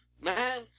man